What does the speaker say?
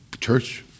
church